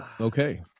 Okay